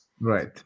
Right